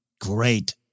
great